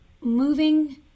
moving